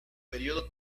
período